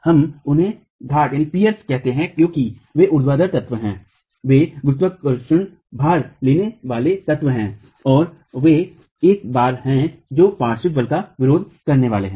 हम उन्हें घाट कहते हैं क्योंकि वे ऊर्ध्वाधर तत्व हैं वे गुरुत्वाकर्षण भार ले जाने वाले तत्व हैं और वे एक बार हैं जो पार्श्व बल का विरोध करने वाले हैं